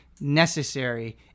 necessary